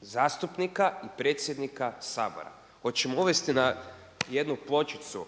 zastupnika i predsjednika Sabora. Hoćemo uvesti na jednu pločicu